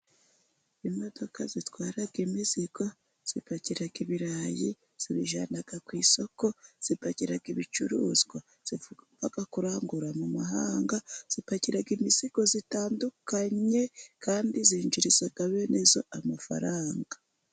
Imodoka zitwara imizigo zipakira ibirayi zibijyana ku isoko, zipakira ibicuruzwa, ziva kurangura mu mahanga, zipakira imizigo itandukanye, kandi zinjiriza bene zo amafaranga.